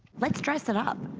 let's dress it up.